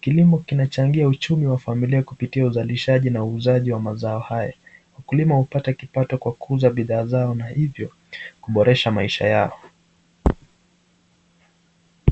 Kilimo kinachangia uchumi wa familia kupitia uzalishaji na uuzaji wa mazao haya. Wakulima hupata kipato kwa kuuza bidhaa zao na hivyo, kuboresha maisha yao.